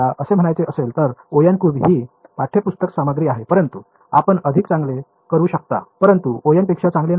तर जर मला असे म्हणायचे असेल तर O ही पाठ्यपुस्तक सामग्री आहे परंतु आपण अधिक चांगले करू शकता परंतु O पेक्षा चांगले नाही